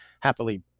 happily